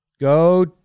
Go